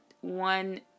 one